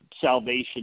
salvation